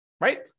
right